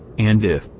and if,